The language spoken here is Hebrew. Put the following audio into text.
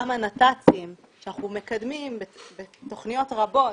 גם הנת"צים שאנחנו מקדמים בתכניות רבות,